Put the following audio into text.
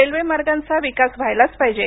railway मार्गांचा विकास व्हायलाच पाहिजे